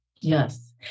Yes